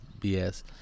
BS